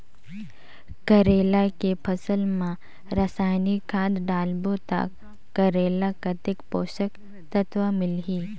करेला के फसल मा रसायनिक खाद डालबो ता करेला कतेक पोषक तत्व मिलही?